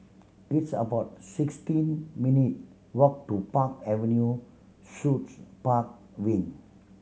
it's about sixteen minute walk to Park Avenue Suites Park Wing